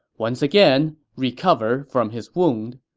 once again, recover from his wound.